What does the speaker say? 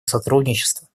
сотрудничества